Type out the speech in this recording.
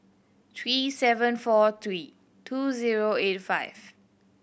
three seven four three two zero eight five